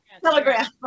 telegram